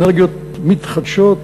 אנרגיות מתחדשות,